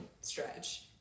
stretch